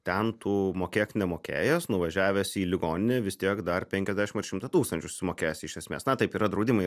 ten tu mokėk nemokėjęs nuvažiavęs į ligoninę vis tiek dar penkiasdešimt ar šimtą tūkstančių susimokėsi iš esmės na taip yra draudimai